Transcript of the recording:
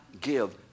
give